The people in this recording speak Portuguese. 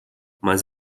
mas